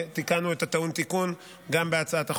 ותיקנו את הטעון תיקון גם בהצעת החוק.